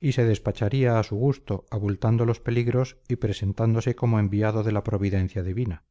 y se despacharía a su gusto abultando los peligros y presentándose como enviado de la providencia divina